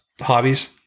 hobbies